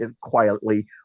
quietly